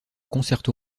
concerto